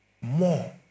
More